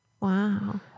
Wow